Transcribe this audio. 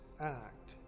act